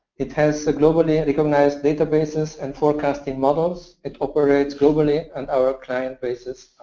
it has so globally recognized databases and forecasting models. it operates globally. and our client bases